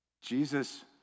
Jesus